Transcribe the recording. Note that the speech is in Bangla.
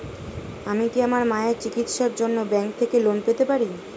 আমি কি আমার মায়ের চিকিত্সায়ের জন্য ব্যঙ্ক থেকে লোন পেতে পারি?